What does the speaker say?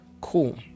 cool